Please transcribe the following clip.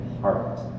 heart